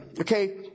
Okay